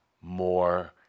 more